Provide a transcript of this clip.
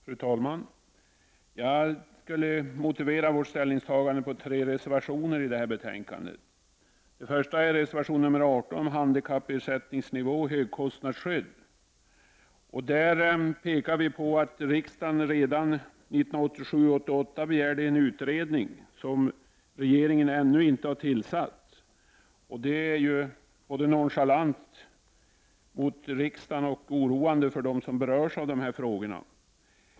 Fru talman! Jag skall motivera vårt ställningstagande till tre reservationer fogade till detta betänkande. Den första är reservation nr 18 om handikappersättningsnivå och högkostnadsskydd. Vi påpekar i reservationen att riksdagen redan 1987/88 begärde en utredning som regeringen ännu inte har tillsatt. Det är både nonchalant mot riksdagen och oroande för dem som berörs av de här frågorna.